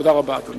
תודה רבה, אדוני.